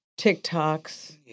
TikToks